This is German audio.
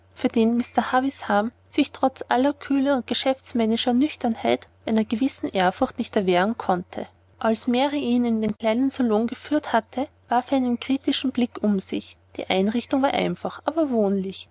für den mr havisham sich trotz aller kühle und geschäftsmännischen nüchternheit einer gewissen ehrfurcht nicht erwehren konnte als mary ihn in den kleinen salon geführt hatte warf er einen kritischen blick um sich die einrichtung war einfach aber wohnlich